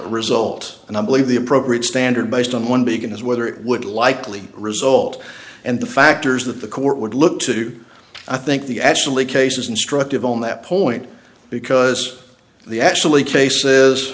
result and i believe the appropriate standard based on one begin is whether it would likely result and the factors that the court would look to i think the actually case is instructive on that point because the actually cases